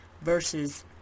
versus